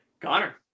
Connor